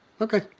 okay